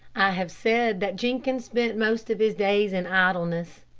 have said that jenkins spent most of his days in idleness.